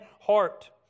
heart